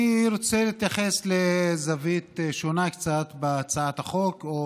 אני רוצה להתייחס לזווית שונה קצת בהצעת החוק, או